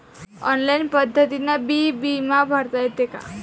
Online पद्धतीनं बी बिमा भरता येते का?